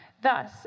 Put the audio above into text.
Thus